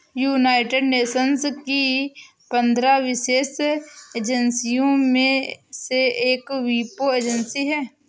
United Nations की पंद्रह विशेष एजेंसियों में से एक वीपो एजेंसी है